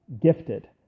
gifted